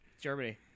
Germany